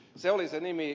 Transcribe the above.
se oli se nimi